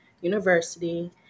University